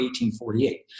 1848